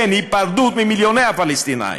כן, היפרדות, ממיליוני הפלסטינים.